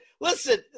Listen